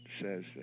says